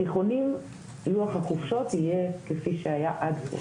בתיכונים לוח החופשות יהיה כפי שהיה עד כה